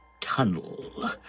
tunnel